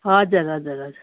हजुर हजुर हजुर